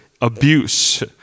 abuse